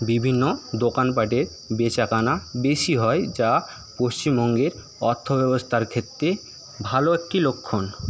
বিভিন্ন দোকানপাটের বেচা কেনা বেশি হয় যা পশ্চিমবঙ্গের অর্থ ব্যবস্থার ক্ষেত্রে ভালো একটি লক্ষণ